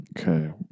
Okay